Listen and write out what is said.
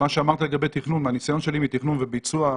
תודה רבה.